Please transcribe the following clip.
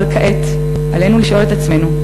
אבל כעת עלינו לשאול את עצמנו,